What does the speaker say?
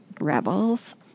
Rebels